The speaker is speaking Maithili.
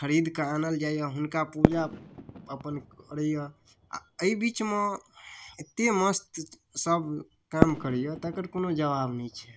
खरीदकऽ आनल जाइए हुनका पूजा अपन करैय आओर अइ बीचमे एते मस्त सब काम करैय तकर कोनो जबाब नहि छै